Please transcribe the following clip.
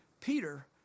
Peter